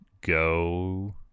go